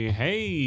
hey